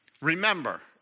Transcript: Remember